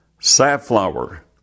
safflower